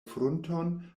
frunton